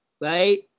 right